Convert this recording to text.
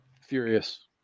Furious